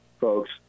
folks